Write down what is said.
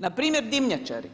Npr. dimnjačari,